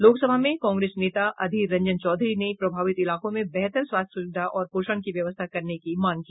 लोसभा में कांग्रेस नेता अधीर रंजन चौधरी ने प्रभावित इलाकों में बेहतर स्वास्थ्य सुविधा और पोषण की व्यवस्था करने की मांग की